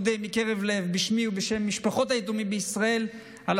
בשמי ובשם משפחות היתומים בישראל אני מודה מקרב